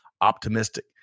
optimistic